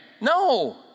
No